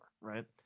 right